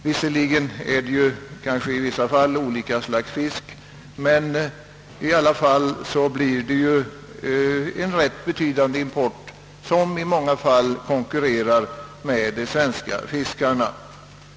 Visserligen är det kanske i vissa fall olika slags fisk, men det är i alla fall en rätt betydande import som de svenska fiskarna har att konkurrera med.